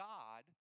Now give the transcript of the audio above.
God